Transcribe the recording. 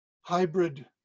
hybrid